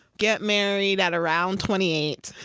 get married at around twenty eight